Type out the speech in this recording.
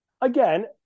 again